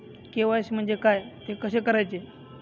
KYC म्हणजे काय? ते कसे करायचे?